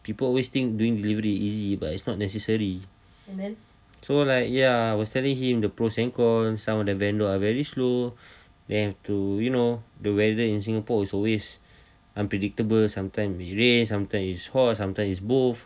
people always think doing delivery easy but it's not necessary so like ya I was telling him the pros and cons some of the venue are very slow then have to you know the weather in singapore is always unpredictable sometime it rains sometimes it's hot sometimes it's both